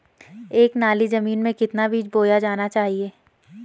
एक नाली जमीन में कितना बीज बोया जाना चाहिए?